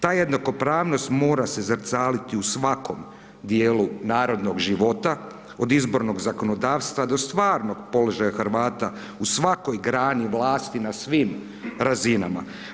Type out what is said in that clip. Ta jednakopravnost mora se zrcaliti u svakom djelu narodnog života od izbornog zakonodavstva do stvarnog položaja Hrvata u svakoj grani vlasti na svim razinama.